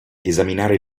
esaminare